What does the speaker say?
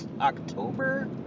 October